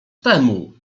temu